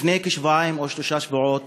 לפני כשבועיים או שלושה שבועות